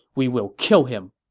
we will kill him.